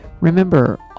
remember